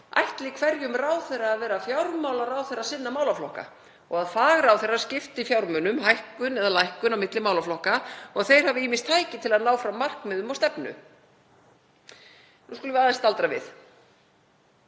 ætli hverjum ráðherra að vera fjármálaráðherra sinna málaflokka og að fagráðherrar skipti fjármunum, hækkun eða lækkun, á milli málaflokka og þeir hafi ýmis tæki til að ná fram markmiðum og stefnu. Nú skulum við aðeins staldra við.